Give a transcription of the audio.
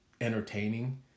Entertaining